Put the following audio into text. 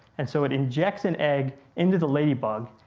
and so it injects an egg into the ladybug,